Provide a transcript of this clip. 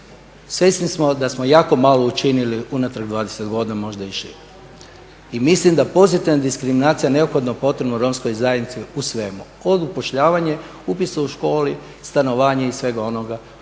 Svjesni smo da smo jako malo učinili unatrag 20 godina, možda i šire. I mislim da pozitivna diskriminacija je neophodno potrebna u romskoj zajednici u svemu. Od upošljavanja, upisa u školu, stanovanja i svega onoga